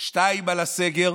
2. על הסגר,